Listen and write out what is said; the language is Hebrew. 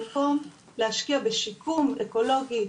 במקום להשקיע בשיקום אקולוגי,